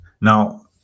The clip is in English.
Now